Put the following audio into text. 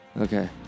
Okay